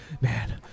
man